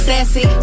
Sassy